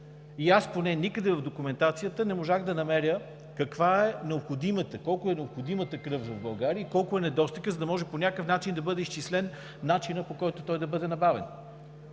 и аз поне никъде в документацията не можах да намеря колко е необходимата кръв за България и колко е недостигът, за да може по някакъв начин да бъде изчислен начинът, по който той да бъде набавен.